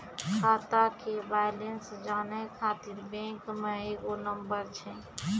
खाता के बैलेंस जानै ख़ातिर बैंक मे एगो नंबर छै?